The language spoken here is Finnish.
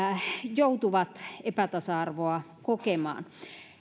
joutuvat kokemaan epätasa arvoa